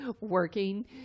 working